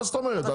מה זאת אומרת?